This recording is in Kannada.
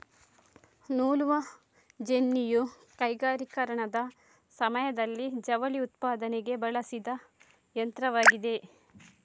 ನೂಲುವ ಜೆನ್ನಿಯು ಕೈಗಾರಿಕೀಕರಣದ ಸಮಯದಲ್ಲಿ ಜವಳಿ ಉತ್ಪಾದನೆಗೆ ಬಳಸಿದ ಯಂತ್ರವಾಗಿದೆ